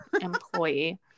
employee